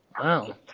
Wow